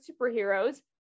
Superheroes